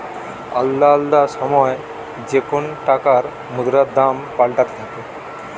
আলদা আলদা সময় যেকোন টাকার মুদ্রার দাম পাল্টাতে থাকে